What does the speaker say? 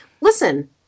Listen